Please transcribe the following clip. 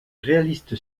réaliste